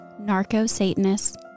narco-Satanists